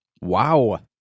Wow